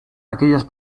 aquellas